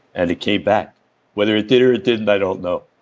and came back whether it did or it didn't, i don't know.